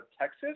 Texas